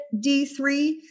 D3